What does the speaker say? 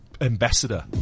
Ambassador